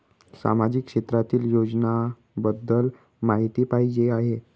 सामाजिक क्षेत्रातील योजनाबद्दल माहिती पाहिजे आहे?